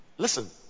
Listen